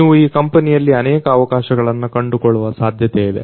ನೀವು ಈ ಕಂಪನಿಯಲ್ಲಿ ಅನೇಕ ಅವಕಾಶಗಳನ್ನು ಕಂಡುಕೊಳ್ಳುವ ಸಾಧ್ಯತೆಯಿದೆ